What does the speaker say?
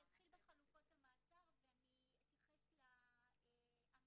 אני אתחיל בחלופות המעצר ואני אתייחס לאמירות